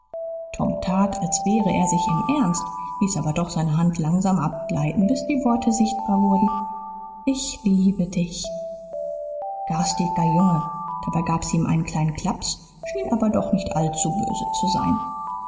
tom tat als wehre er sich im ernst ließ aber doch seine hand langsam abgleiten bis die worte sichtbar wurden ich liebe dich garstiger junge dabei gab sie ihm einen kleinen klaps schien aber doch nicht allzu böse zu sein